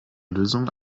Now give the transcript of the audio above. lösung